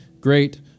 great